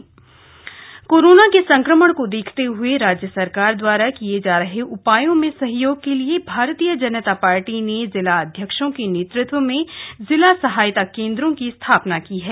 Modi kit corona के संक्रमण को देखते हुए राज्य सरकार द्वारा किये जा रहे उपायों में सहयोग के लिए भारतीय जनता पार्टी ने जिला अध्यक्षों के नेत्रत्व में जिला सहायता केन्द्रों की स्थापना की गयी है